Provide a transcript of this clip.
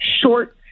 short